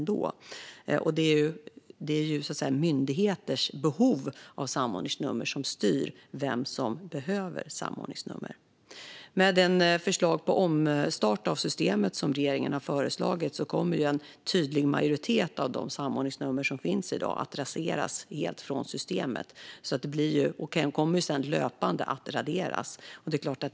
Det är myndigheters behov av samordningsnummer som styr vem som behöver ett sådant. Med det förslag på omstart av systemet som regeringen har föreslagit kommer en majoritet av de samordningsnummer som i dag finns att löpande raderas från systemet.